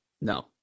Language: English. No